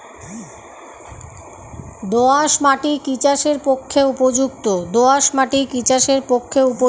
দোআঁশ মাটি কি চাষের পক্ষে উপযুক্ত?